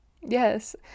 yes